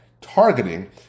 targeting